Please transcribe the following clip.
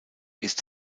ist